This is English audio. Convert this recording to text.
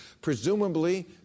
presumably